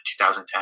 2010